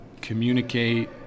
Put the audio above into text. communicate